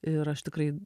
ir aš tikrai